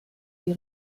die